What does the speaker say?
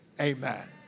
amen